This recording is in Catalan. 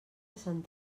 sant